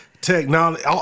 technology